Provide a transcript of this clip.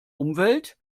umwelt